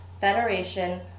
Federation